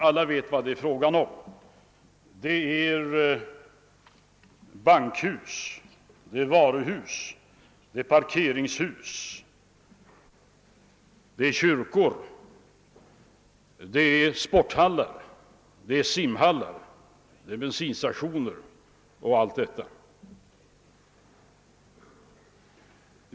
Alla vet vad det är fråga om: det är bankhus, varuhus, parkeringshus, kyrkor, sporthallar, simhallar, bensinstationer och annat sådant.